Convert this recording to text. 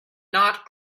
not